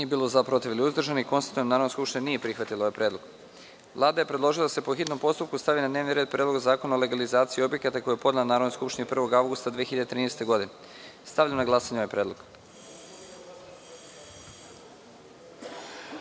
181 narodnog poslanika. Konstatujem da Narodna skupština nije prihvatila ovaj predlog. Vlada je predložila da se po hitnom postupku stavi na dnevni red Predlog zakona o legalizaciji objekata, koji je podnela Narodnoj skupštini 1. avgusta 2013. godine. Stavljam na glasanje ovaj predlog. Molim